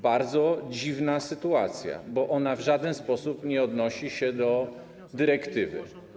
Bardzo dziwna sytuacja, bo w żaden sposób nie odnosi się ona do dyrektywy.